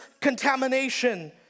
contamination